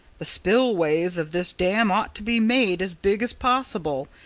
the spillways of this dam ought to be made as big as possible,